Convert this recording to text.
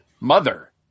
mother